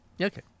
Okay